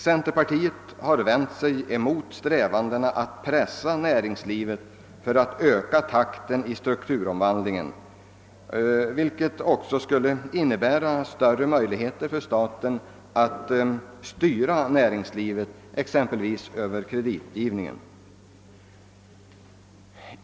Centerpartiet har vänt sig mot strävandena att pressa näringslivet för att öka takten i strukturomvandlingen, vilket också skulle innebära större möjligheter för staten att styra näringslivet exempelvis över kreditgivningen.